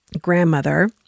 grandmother